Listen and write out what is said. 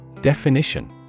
Definition